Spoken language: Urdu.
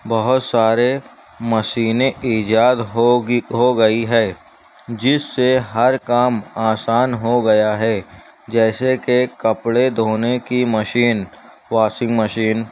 بہت سارے مشینیں ایجاد ہوگی ہوگئی ہے جس سے ہر کام آسان ہو گیا ہے جیسے کہ کپڑے دھونے کی مشین واشنگ مشین